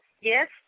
Yes